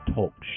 Talk